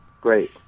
great